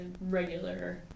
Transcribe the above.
regular